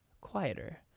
quieter